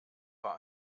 war